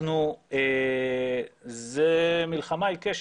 זה מלחמה עיקשת,